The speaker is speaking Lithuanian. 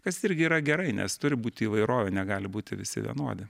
kas irgi yra gerai nes turi būti įvairovė negali būti visi vienodi